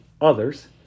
others